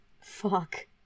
Fuck